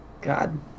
God